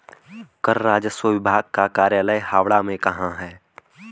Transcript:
कर राजस्व विभाग का कार्यालय हावड़ा में कहाँ है?